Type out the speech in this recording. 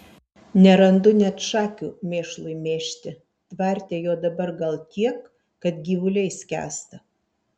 nerandu net šakių mėšlui mėžti tvarte jo dabar gal tiek kad gyvuliai skęsta